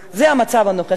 זה המצב הנוכחי.